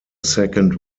second